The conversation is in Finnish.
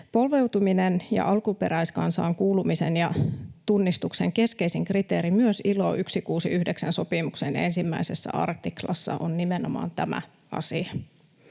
Polveutumisen ja alkuperäiskansaan kuulumisen ja tunnistuksen keskeisin kriteeri myös ILO 169 ‑sopimuksen 1 artiklassa on nimenomaan tämä asia.